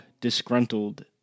disgruntled